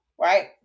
Right